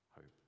hope